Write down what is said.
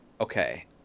Okay